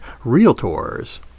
realtors